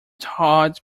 todd